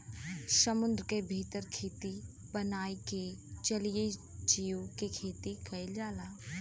समुंदर के भीतर खेती बनाई के जलीय जीव के खेती कईल जाला